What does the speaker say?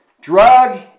Drug